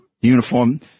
uniform